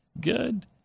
Good